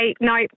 no